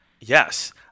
Yes